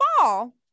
fall